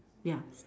ya